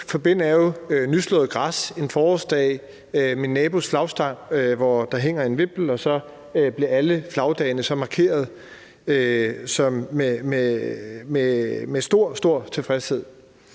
jeg det med nyslået græs på en forårsdag og min nabos flagstang, hvor der hænger en vimpel, og således bliver alle flagdagene markeret med stor, stor tilfredshed.